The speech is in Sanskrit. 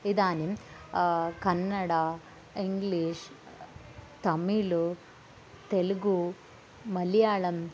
इदानीं कन्नडा इङ्ग्लीष् तमिलु तेलुगु मल्यालं